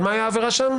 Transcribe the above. על מה היה העבירה שם?